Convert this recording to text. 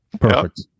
Perfect